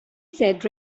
said